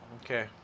Okay